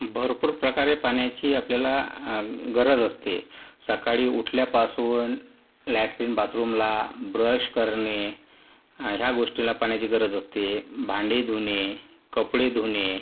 भरपूर प्रकारे पाण्याची आपल्याला गरज असते सकाळी उठल्यापासून लॅटरीन बाथरूमला ब्रश करणे ह्या गोष्टीला पाण्याची गरज असते भांडी धुणे कपडे धुणे